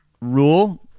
rule